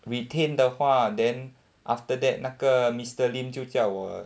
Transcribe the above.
retain 的话 then after that 那个 mister lim 就叫我